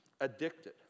addicted